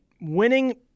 Winning